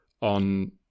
on